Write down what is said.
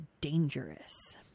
dangerous